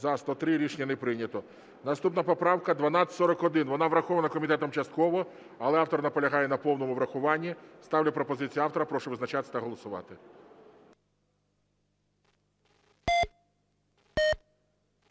За-103 Рішення не прийнято. Наступна поправка 1241. Вона врахована комітетом частково, але автор наполягає на повному врахуванні. Ставлю пропозицію автора. Прошу визначатися та голосувати.